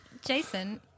Jason